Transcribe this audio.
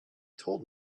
told